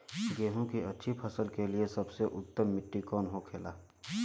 गेहूँ की अच्छी फसल के लिए सबसे उत्तम मिट्टी कौन होखे ला?